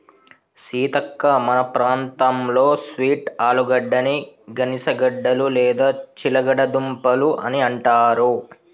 సీతక్క మన ప్రాంతంలో స్వీట్ ఆలుగడ్డని గనిసగడ్డలు లేదా చిలగడ దుంపలు అని అంటారు